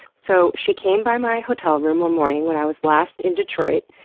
so she came by my hotel room one morning when i was last in detroit,